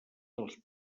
dels